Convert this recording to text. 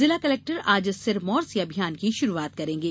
जिला कलेक्टर आज सिरमौर से अभियान की शुरूआत करेंगे